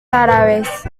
árabes